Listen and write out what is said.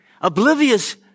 oblivious